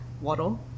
waddle